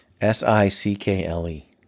S-I-C-K-L-E